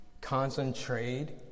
concentrate